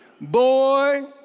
Boy